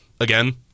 Again